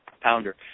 pounder